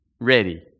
ready